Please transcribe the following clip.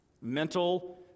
Mental